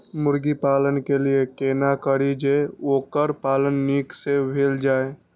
मुर्गी पालन के लिए केना करी जे वोकर पालन नीक से भेल जाय?